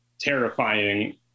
terrifying